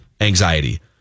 anxiety